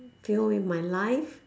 feel with my life